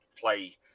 play